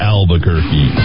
Albuquerque